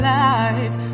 life